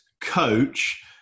coach